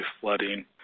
flooding